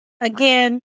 Again